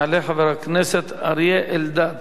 יעלה חבר הכנסת אריה אלדד.